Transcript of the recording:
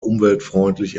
umweltfreundlich